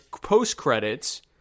post-credits